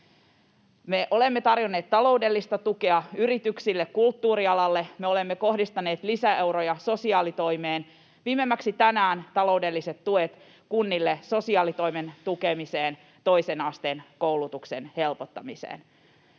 Me olemme tarjonneet taloudellista tukea yrityksille, kulttuurialalle. Me olemme kohdistaneet lisäeuroja sosiaalitoimeen, viimeimmäksi tänään taloudelliset tuet kunnille sosiaalitoimen tukemiseen, toisen asteen koulutuksen helpottamiseen.